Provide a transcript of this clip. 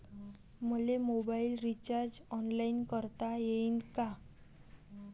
मले mobile recharge online करता येईन का?